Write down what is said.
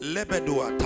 Lebedua